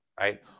right